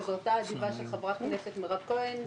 בעזרתה האדיבה של חברת הכנסת מירב כהן,